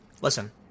Listen